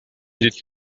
did